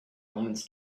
omens